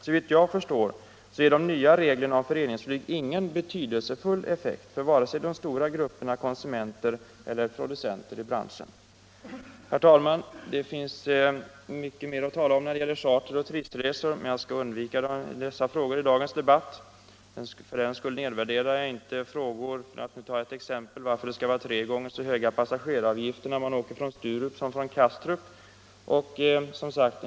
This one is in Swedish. Såvitt jag förstår ger de nya reglerna om föreningsflyg ingen betydelsefull effekt vare sig för de stora grupperna konsumenter eller för producenter i branschen. Herr talman! Det finns mycket mer att tala om när det gäller charter och turistresor, men jag skall inte vidare utveckla dessa frågor i dagens debatt. För den skull nedvärderar jag inte sådana frågor som — för att ta ett exempel — varför det skall vara tre gånger så höga passageraravgifter när man åker från Sturup som när man åker från Kastrup.